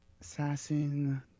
assassin